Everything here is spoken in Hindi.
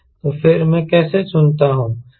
तो फिर मैं कैसे चुनता हूं